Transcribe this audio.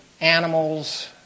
animals